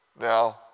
Now